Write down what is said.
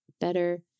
better